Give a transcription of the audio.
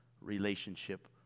relationship